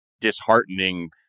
disheartening